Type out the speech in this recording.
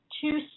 two